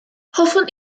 hoffwn